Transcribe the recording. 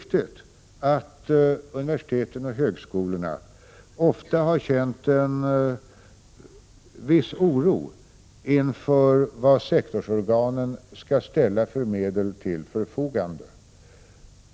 1986/87:131 högskolorna ofta har känt en viss oro inför vad sektorsorganen skall ställa för 26 maj 1987 medel till förfogande.